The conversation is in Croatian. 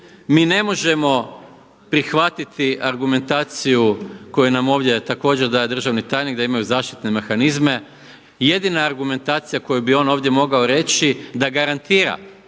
Mi ne možemo prihvatiti argumentaciju koju nam ovdje također daje državni tajnik, da imaju zaštitne mehanizme. Jedina argumentacija koju bi on ovdje mogao reći da garantira